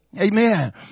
Amen